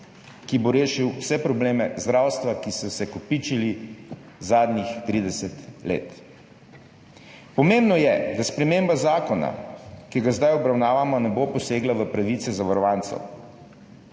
ki bo rešil vse probleme zdravstva, ki so se kopičili zadnjih 30 let. Pomembno je, da sprememba zakona, ki ga zdaj obravnavamo, ne bo posegla v pravice zavarovancev.